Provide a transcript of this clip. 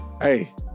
Hey